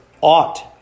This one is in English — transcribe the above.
ought